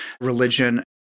religion